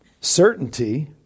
certainty